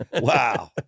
wow